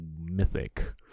mythic